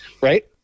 Right